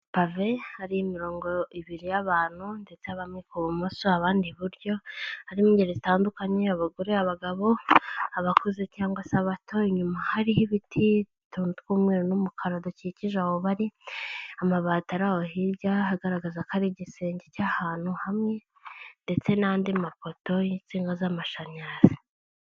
Pave, hari imirongo ibiri y'abantu ndetse bamwe ku bumoso abandi iburyo, harimo ingeri zitandukanye abagore abagabo abakuze cyangwa se abato, inyuma hariho ibiti utuntu tw'umweru n'umukara dukikije aho bari, amabati ari hirya agaragaza ko ari igisenge cy'ahantu hamwe, ndetse n'andi mapoto y'insinga z'amashanyarazi.